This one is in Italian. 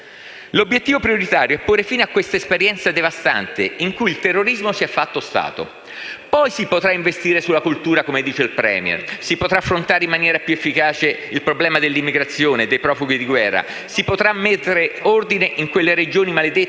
L'obiettivo prioritario è porre fine a quest'esperienza devastante in cui il terrorismo si è fatto Stato: poi si potrà investire sulla cultura come dice il *Premier*; si potrà affrontare in maniera più efficace il problema dell'immigrazione, dei profughi di guerra; si potrà mettere ordine in quelle regioni maledette